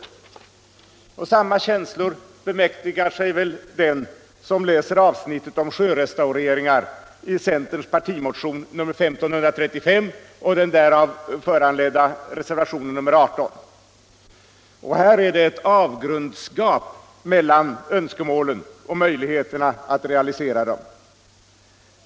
Samma känslor bemäktigar sig väl den som läser avsnittet om sjörestaureringar i centerns partimotion, nr 1535, och den därav föranledda reservationen 18. Här är det ett avgrundsgap mellan önskemålen och möjligheterna att realisera dem.